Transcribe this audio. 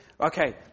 Okay